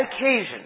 occasion